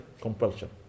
compulsion